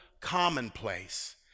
commonplace